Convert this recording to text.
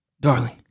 Darling